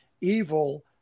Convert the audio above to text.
Evil